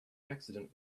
accident